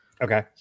Okay